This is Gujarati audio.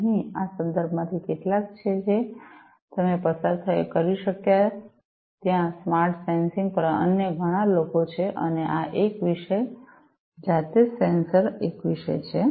અહીં આ સંદર્ભોમાંથી કેટલાક છે જે તમે પસાર કરી શક્યા ત્યાં સ્માર્ટ સેન્સિંગ પર અન્ય ઘણા લોકો છે અને આ એક વિષય જાતે જ સેન્સર એક વિષય છે